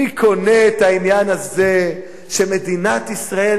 מי קונה את העניין הזה שמדינת ישראל